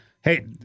hey